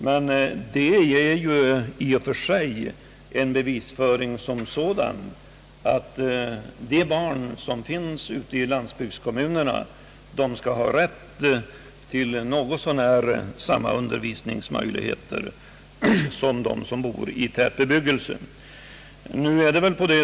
Men det bevisar ju att något måste göras, ty de barn som finns i landsbygdskommunerna har rätt till samma undervisningsmöjligheter som de barn som bor i tätbygder.